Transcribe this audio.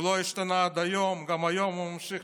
הוא לא השתנה עד היום, גם היום ממשיך